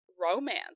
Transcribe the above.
romance